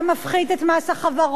אתה מפחית את מס החברות,